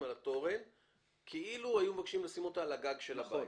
על התורן כאילו היו מבקשים לשים אותה על הגג של הבית.